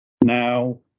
now